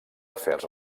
afers